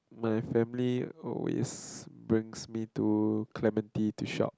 my family always brings me to Clementi to shop